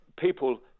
people